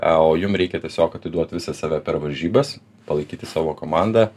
o jum reikia tiesiog atiduot visą save per varžybas palaikyti savo komandą